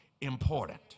important